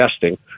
testing